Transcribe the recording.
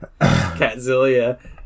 Catzilla